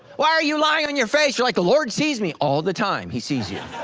why are you lying on your face? you're like the lord sees me, all the time he sees yeah